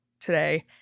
today